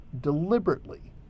deliberately